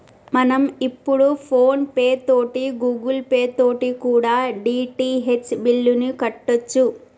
మనం ఇప్పుడు ఫోన్ పే తోటి గూగుల్ పే తోటి కూడా డి.టి.హెచ్ బిల్లుని కట్టొచ్చు